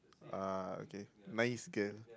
ah okay nice girl